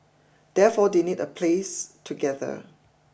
therefore they need a place to gather